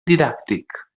didàctic